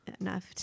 enough